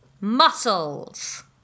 Muscles